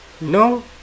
No